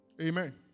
Amen